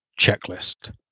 checklist